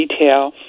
detail